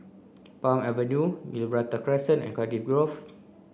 Palm Avenue Gibraltar Crescent and Cardiff Grove